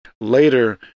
Later